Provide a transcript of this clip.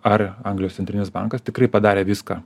ar anglijos centrinis bankas tikrai padarė viską